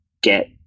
get